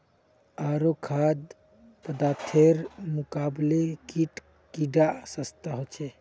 आरो खाद्य पदार्थेर मुकाबले कीट कीडा सस्ता ह छे